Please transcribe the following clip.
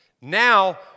Now